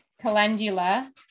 calendula